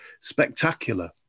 spectacular